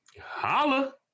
Holla